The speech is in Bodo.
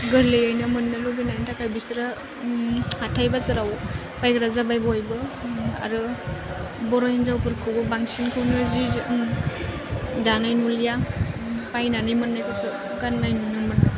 गोरलैयैनो मोननो लुगैनायनि थाखाय बिसोरो उम हाथाइ बाजाराव बायग्रा जाबाय बयबो ओम आरो बर' हिन्जावफोरखौबो बांसिनखौनो जि जोम दानाय नुलिया ओम बायनानै मोननायखौसो गान्नाय नुनो मोन